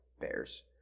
Bears